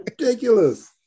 Ridiculous